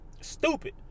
stupid